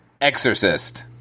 Exorcist